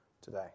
today